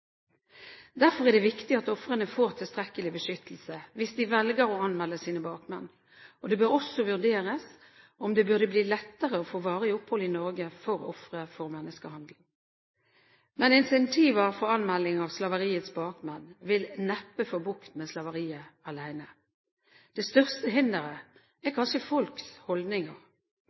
Derfor er det viktig at ofrene får tilstrekkelig beskyttelse hvis de velger å anmelde sine bakmenn, og det bør også vurderes om det burde bli lettere å få varig opphold i Norge for ofre for menneskehandel. Men incentiver for anmelding av slaveriets bakmenn vil neppe få bukt med slaveriet alene. Det største hinderet er kanskje folks holdninger.